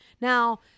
Now